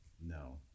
No